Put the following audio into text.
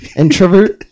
introvert